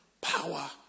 power